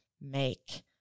make